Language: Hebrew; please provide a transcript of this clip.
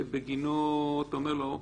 שבגינו אתה אומר לו: